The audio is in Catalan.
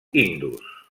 indus